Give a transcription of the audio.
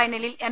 ഫൈനലിൽ എം